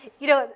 you know,